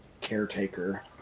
caretaker